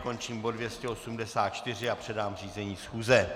Končím bod 284 a předám řízení schůze.